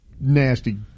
nasty